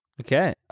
Okay